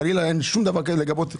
חלילה אין שום כוונה לגבות אלימות,